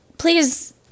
Please